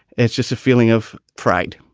it's just a feeling of pride,